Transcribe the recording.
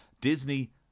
disney